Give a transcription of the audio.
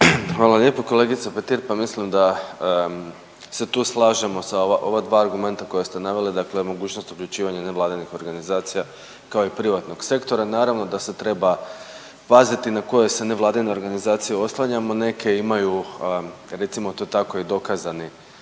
Hvala lijepo kolegice Petir. Pa mislim da se tu slažemo sa ova dva argumenta koja ste naveli, dakle o mogućnosti uključivanja nevladinih organizacija kao i privatnog sektora. Naravno da se treba paziti na koje se nevladine organizacije oslanjamo. Neke imaju recimo to tako i dokazane